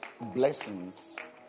blessings